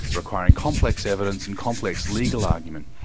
requiring complex evidence and complex legal argument.